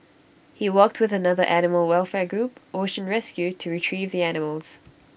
he worked with another animal welfare group ocean rescue to Retrieve the animals